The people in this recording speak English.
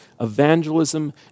evangelism